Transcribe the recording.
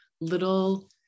little